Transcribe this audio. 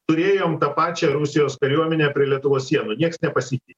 turėjom tą pačią rusijos kariuomenę prie lietuvos sienų nieks nepasikeitė